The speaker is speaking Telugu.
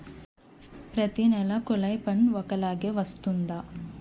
ప్రతి నెల కొల్లాయి పన్ను ఒకలాగే వస్తుందా?